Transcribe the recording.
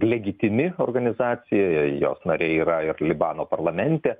legitimi organizacija jos nariai yra ir libano parlamente